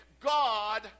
God